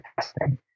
testing